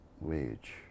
wage